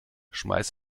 schmeiß